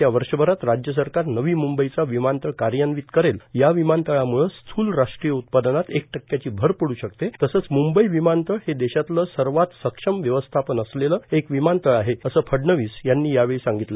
येत्या वर्षभरात राज्यसरकार नवी मुंबईचा विमानतळ कार्यान्वित करेल या विमानतळामुळे स्थूल राष्ट्रीय उत्पादनात एक टक्क्याची भर पड् शकते तसंच मुंबई विमानतळ हे देशातलं सर्वात सक्षम व्यवस्थापन असलेलं एक विमानतळ आहे असं फडणवीस यांनी योवळी सांगितलं